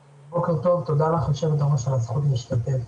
תודה לך, יושבת-הראש על הזכות להשתתף.